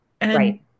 Right